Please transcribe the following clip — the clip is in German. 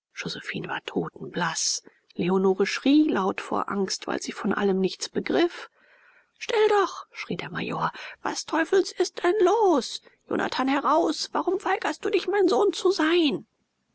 josephine war totenblaß leonore schrie laut vor angst weil sie von allem nichts begriff still doch schrie der major was teufels ist denn los jonathan heraus warum weigerst du dich mein sohn zu sein